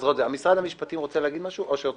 משרד המשפטים רוצה להגיד משהו או שאת